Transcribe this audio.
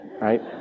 right